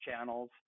channels